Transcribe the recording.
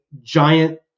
giant